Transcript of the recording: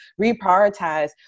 reprioritize